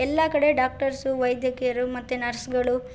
ಎಲ್ಲ ಕಡೆ ಡಾಕ್ಟರ್ಸು ವೈದ್ಯಕೀಯರು ಮತ್ತು ನರ್ಸ್ಗಳು